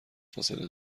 فاصله